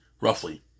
roughly